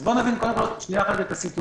אז בואו נבין, קודם כול, שנייה אחת, את הסיטואציה.